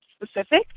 specific